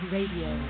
Radio